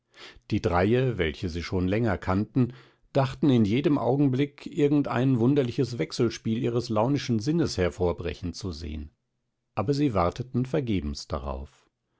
die dreie welche sie schon länger kannten dachten in jedem augenblick irgendein wunderliches wechselspiel ihres launischen sinnes hervorbrechen zu sehn aber sie warteten vergebens darauf